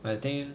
I think